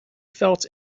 felt